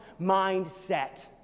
mindset